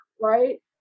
right